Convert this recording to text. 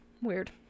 Weird